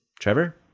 Trevor